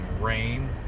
rain